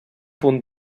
punt